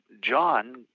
John